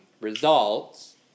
results